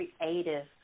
creative